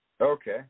Okay